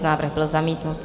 Návrh byl zamítnut.